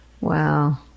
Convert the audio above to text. Wow